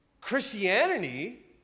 Christianity